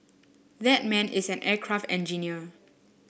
that man is an aircraft engineer